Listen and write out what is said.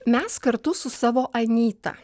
mes kartu su savo anyta